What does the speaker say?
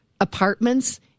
apartments